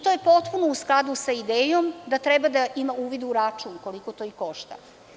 To je potpuno u skladu sa idejom da treba da ima uvid u račun koliko to i košta.